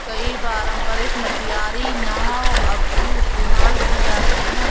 कई पारम्परिक मछियारी नाव अब भी इस्तेमाल की जाती है